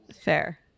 fair